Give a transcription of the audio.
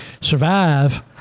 survive